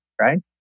right